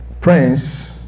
Prince